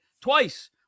twice